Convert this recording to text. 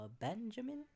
benjamin